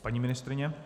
Paní ministryně?